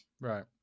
Right